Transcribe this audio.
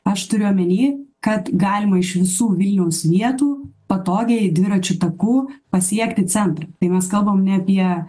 aš turiu omeny kad galima iš visų vilniaus vietų patogiai dviračiu taku pasiekti centrą tai mes kalbam ne apie